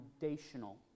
foundational